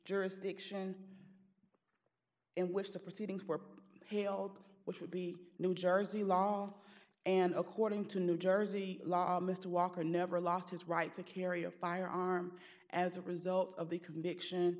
jurisdiction in which the proceedings were held which would be new jersey long and according to new jersey law mr walker never lost his right to carry a firearm as a result of the conviction